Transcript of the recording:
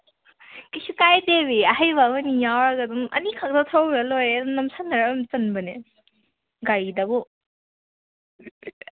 ꯀꯩꯁꯨ ꯀꯥꯏꯗꯦꯃꯤ ꯑꯍꯩꯕ ꯑꯃꯅꯤ ꯌꯥꯎꯔꯒ ꯑꯗꯨꯝ ꯑꯅꯤ ꯈꯛꯇ ꯊꯧꯈ꯭ꯔ ꯂꯣꯏꯔꯦ ꯑꯗꯨꯝ ꯅꯝꯁꯤꯟꯅꯔꯒ ꯑꯗꯨꯝ ꯆꯟꯕꯅꯦ ꯒꯥꯔꯤꯗꯕꯨ